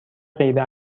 غیر